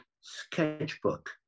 sketchbook